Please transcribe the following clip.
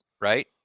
right